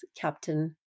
Captain